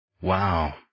wow